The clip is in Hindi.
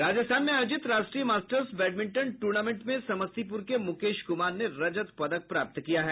राजस्थान में आयोजित राष्ट्रीय मास्टर्स बैडमिंटन टूर्नामेंट में समस्तीपुर के मुकेश कुमार ने रजत पदक प्राप्त किया है